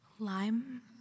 Lime